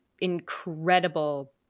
incredible